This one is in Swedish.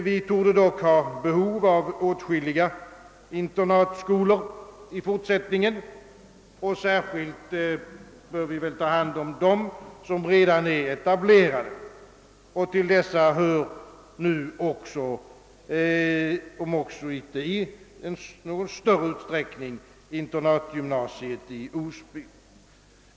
Vi torde dock ha behov av åtskilliga internatskolor i fortsättningen. Särskilt bör vi väl ta hand om dem som redan är etablerade, och till dessa hör — om också inte i någon större utsträckning — internatgymnasiet i Osby.